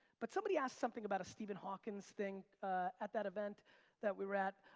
but somebody asked something about a stephen hawking's thing at that event that we were at.